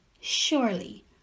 surely